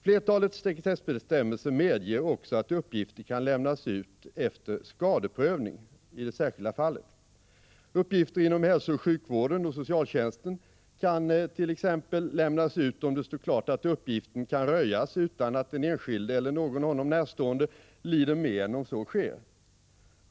Flertalet sekretessbestämmelser medger också att uppgifter kan lämnas ut efter en skadeprövning i det särskilda fallet. Uppgifter inom hälsooch sjukvården och socialtjänsten kan t.ex. lämnas ut, om det står klart att uppgiften kan röjas utan att den enskilde eller någon honom närstående lider men om så sker.